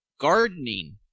gardening